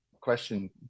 question